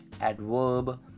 Adverb